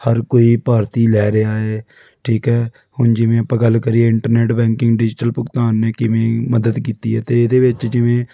ਹਰ ਕੋਈ ਭਾਰਤੀ ਲੈ ਰਿਹਾ ਹੈ ਠੀਕ ਹੈ ਹੁਣ ਜਿਵੇਂ ਆਪਾਂ ਗੱਲ ਕਰੀਏ ਇੰਟਰਨੈੱਟ ਬੈਂਕਿੰਗ ਡਿਜ਼ੀਟਲ ਭੁਗਤਾਨ ਨੇ ਕਿਵੇਂ ਮਦਦ ਕੀਤੀ ਹੈ ਅਤੇ ਇਹਦੇ ਵਿੱਚ ਜਿਵੇਂ